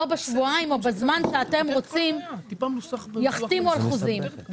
לא בשבועיים או בזמן שאתם רוצים יחתימו על חוזים.